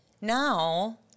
Now